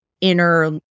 inner